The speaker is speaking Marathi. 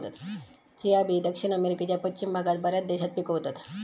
चिया बी दक्षिण अमेरिकेच्या पश्चिम भागात बऱ्याच देशात पिकवतत